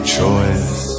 choice